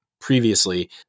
previously